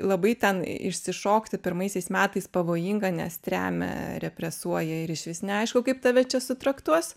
labai ten išsišokti pirmaisiais metais pavojinga nes tremia represuoja ir išvis neaišku kaip tave čia sutraktuos